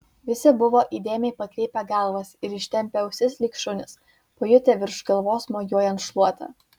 visi buvo įdėmiai pakreipę galvas ir ištempę ausis lyg šunys pajutę virš galvos mojuojant šluota